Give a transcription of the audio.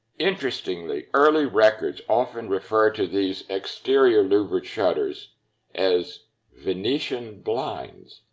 interestingly, early records often refer to these exterior louvered shutters as venetian blinds,